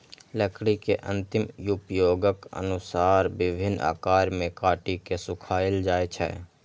लकड़ी के अंतिम उपयोगक अनुसार विभिन्न आकार मे काटि के सुखाएल जाइ छै